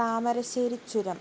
താമരശ്ശേരി ചുരം